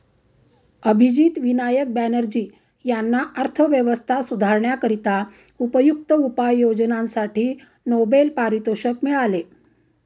अभिजित विनायक बॅनर्जी यांना अर्थव्यवस्था सुधारण्याकरिता उपयुक्त उपाययोजनांसाठी नोबेल पारितोषिक मिळाले